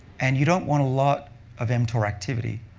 and you don't want a lot of mtor activity.